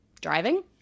driving